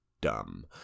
dumb